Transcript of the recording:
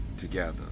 together